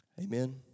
Amen